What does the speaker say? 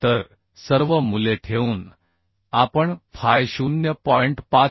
तर सर्व मूल्ये ठेवून आपण फाय 0